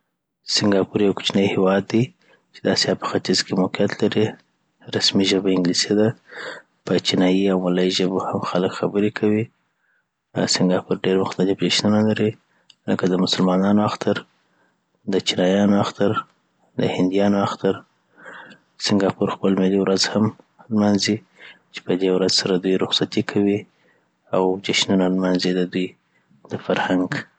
سنګاپور یو کوچني هیواد دي چی د اسیا په ختیځ کي موقیعت لري رسمي ژبه یی انګلیسی ده او په چینایی او ملایی ژبو هم خلک خبری کوي آ سنګاپور ډیر مختلف جنشونه لري لکه د مسلمانانو اختر د چینایانو اختر د هندیان اختر سینګاپور خپل ملي ورځ هم لمانځی چی پدی سره دوی رخصتی کوی او جشنونه لمانځی د دوی د فرهنګ